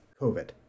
COVID